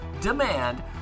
demand